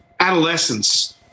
Adolescence